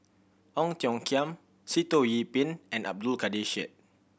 Ong Tiong Khiam Sitoh Yih Pin and Abdul Kadir Syed